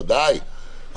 ודאי,